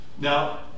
Now